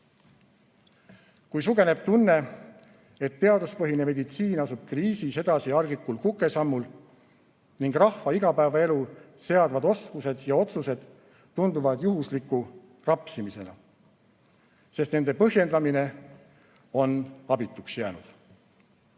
Kui sugeneb tunne, et tõenduspõhine meditsiin astub kriisis edasi arglikul kukesammul ning rahva igapäevaelu seadvad otsused tunduvad juhusliku rapsimisena. Sest nende põhjendamine on abituks jäänud.